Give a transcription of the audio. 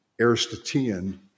Aristotelian